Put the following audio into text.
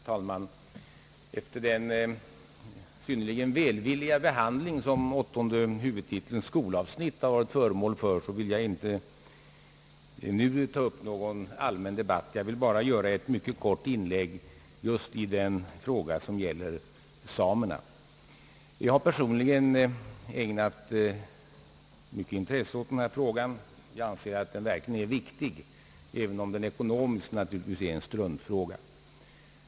Herr talman! Efter den synnerligen välvilliga behandling som åttonde huvudtitelns skolavsnitt varit föremål för vill jag nu inte ta upp någon allmän debatt — jag vill bara göra ett mycket kort inlägg just i den fråga som gäller samerna. Jag har personligen ägnat mycket stort intresse åt denna fråga. Jag anser att den i själva verket är viktig, även om den ekonomiskt naturligtvis är en struntfråga.